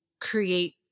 create